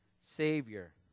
Savior